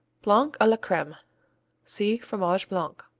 blanc a la creme see fromage blanc.